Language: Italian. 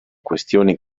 questioni